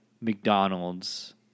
mcdonald's